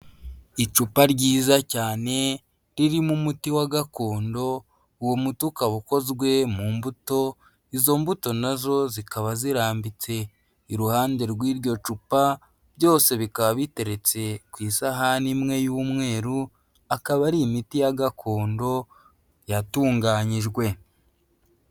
Icupa ryiza cyane ririmo umuti wa gakondo, uwo muti ukaba ukozwe mu mbuto, izo mbuto na zo zikaba zirambitse iruhande rw'iryo cupa byose bikaba biteretse ku isahane imwe y'umweru, akaba ari imiti ya gakondo yatunganyijwe.